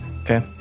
okay